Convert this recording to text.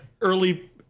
early